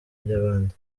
by’abandi